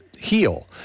Heal